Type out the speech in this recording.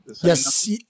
yes